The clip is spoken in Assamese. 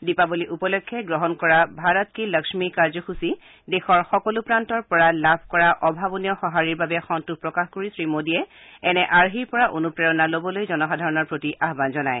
দীপাবলী উপলক্ষে গ্ৰহণ কৰা ভাৰত কী লক্ষী কাৰ্যসূচী দেশৰ সকলো প্ৰান্তৰ পৰা লাব কৰা অভাৱনীয় সহাৰিৰ বাবে সন্তোষ প্ৰকাশ কৰি শ্ৰীমোদীয়ে এনে আৰ্হিৰ পৰা অনুপ্ৰেৰণা লবলৈ জনসাধাৰণৰ প্ৰতি আহ্য়ন জনায়